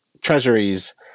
Treasuries